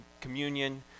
communion